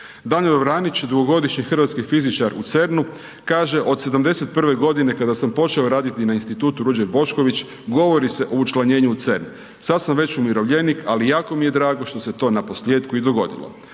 Danijel Juranić, dugogodišnji hrvatski fizičar u CERN-u kaže, od '71. g. kada sam počeo raditi na Institutu Ruđer Bošković, govori se o učlanjenju u CERN, sad sam već umirovljenik ali jako mi je drago što se to naposljetku i dogodilo.